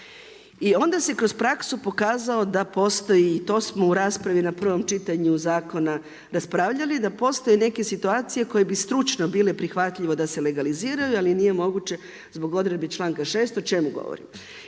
i onda se kroz praksu pokazalo da postoji i to smo u raspravi na prvom čitanju zakona raspravljali da postoje neke situacije koje bi stručno bile prihvatljivo da se legaliziraju ali nije moguće zbog odredbi članka 6. O čemu govorim?